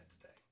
today